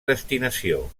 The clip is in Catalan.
destinació